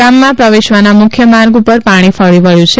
ગામમાં પ્રવેશવાના મુખ્ય માર્ગ પર પાણી ફરી વળ્યું છે